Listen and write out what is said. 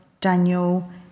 Daniel